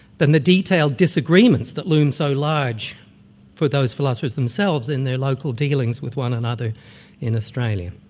than the detailed disagreements that loom so large for those philosophers themselves in their local dealings with one another in australia.